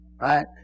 Right